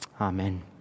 Amen